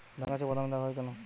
ধানগাছে বাদামী দাগ হয় কেন?